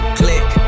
click